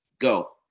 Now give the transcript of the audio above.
Go